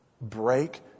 Break